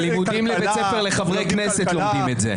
בלימודים לחברי כנסת לומדים את זה.